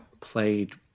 played